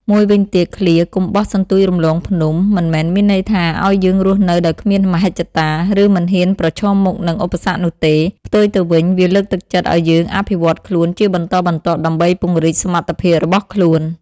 មួយវិញទៀតឃ្លា កុំបោះសន្ទូចរំលងភ្នំ មិនមែនមានន័យថាឲ្យយើងរស់នៅដោយគ្មានមហិច្ឆតា ឬមិនហ៊ានប្រឈមមុខនឹងឧបសគ្គនោះទេ ផ្ទុយទៅវិញ វាលើកទឹកចិត្តឲ្យយើងអភិវឌ្ឍខ្លួនជាបន្តបន្ទាប់ដើម្បីពង្រីកសមត្ថភាពរបស់ខ្លួន។